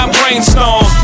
brainstorm